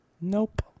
Nope